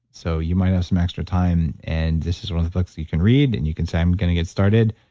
so, you might have some extra time, and this is one of the books that you can read and you can say, i'm going to get started.